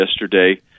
yesterday